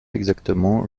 exactement